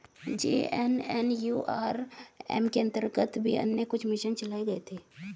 JNNURM के अंतर्गत भी अन्य कुछ मिशन चलाए गए थे